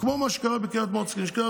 כמו מה שקרה בקריית מוצקין: כשקריית